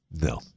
No